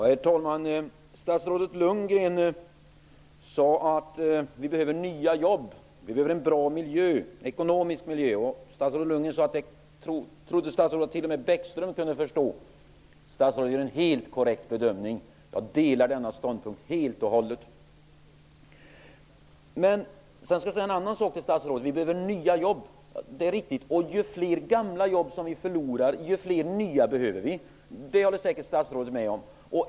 Herr talman! Statsrådet Lundgren sade att vi behöver nya jobb, att vi behöver en bra ekonomisk miljö, och statsrådet trodde att det kunde t.o.m. Bäckström förstå. Statsrådet gör en helt korrekt bedömning. Jag delar denna uppfattning helt och hållet. Men jag vill säga en annan sak till statsrådet. Det är riktigt att vi behöver nya jobb, och ju fler gamla jobb som vi förlorar, desto fler nya behöver vi. Det håller statsrådet säkert med om.